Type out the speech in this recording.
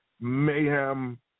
mayhem